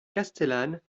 castellane